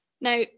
now